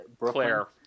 Claire